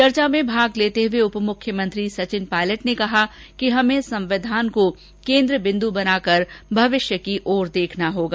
चर्चा में भाग लेते हुए उपमुख्यमंत्री सचिन पायलट ने कहा कि हमें संविधान को केंद्र बिंदु बनाकर भविष्य की ओर देखना होगा